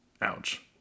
Ouch